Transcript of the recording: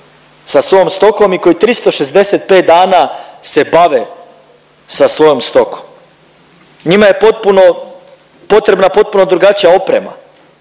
sa svojom stokom i koji 365 dana se bave sa svojom stokom. Njima je potpuno, potrebna potpuno drugačija oprema